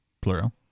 plural